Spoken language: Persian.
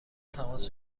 تماس